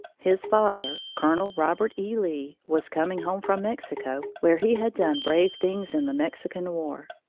his father, colonel robert e. lee, was coming home from mexico, where he had done brave things in the mexican war.